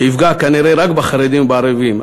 שיפגע כנראה רק בחרדים ובערבים.